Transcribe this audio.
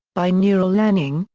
by neural learning,